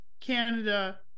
Canada